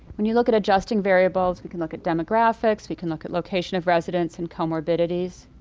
when you look at adjusting variables, we can look at demographics, we can look at location of residence and comorbidities.